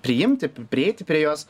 priimti prieiti prie jos